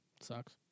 sucks